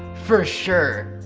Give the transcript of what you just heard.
for sure!